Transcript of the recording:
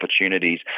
opportunities